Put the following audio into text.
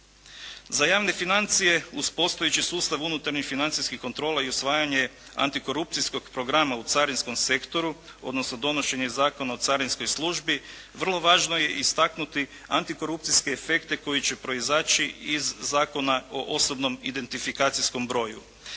Za javne financije uz postojeći sustav unutarnjih financijskih kontrola i usvajanje antikorupcijskog programa u carinskom sektoru odnosno donošenje Zakona o carinskoj službi vrlo važno je istaknuti antikorupcijske efekte koji će proizaći iz Zakona o osobnom identifikacijskom broju.